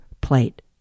plate